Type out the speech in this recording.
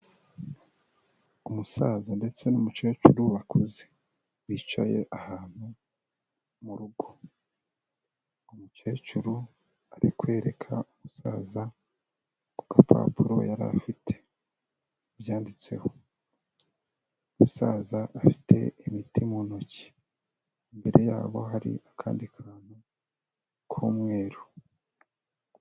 Umusaza ndetse n'umucecuru bakuze. Bicaye ahantu mu rugo. Umucecuru ari kwereka umusaza, ku gapapuro yari afite ibyanditseho. Umusaza afite imiti mu ntoki. Imbere yabo hari akandi kantu k'umweru.